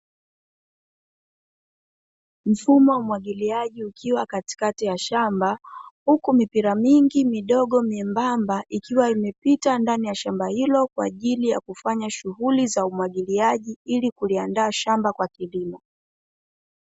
Mfumo wa umwagiliaji ukiwa katikati ya shamba, huku mipira mingi midogo miembamba ikiwa imepita ndani ya shamba hilo, kwa ajili ya kufanya shughuli za umwagiliaji ili kuliandaa shamba kwa kilimo.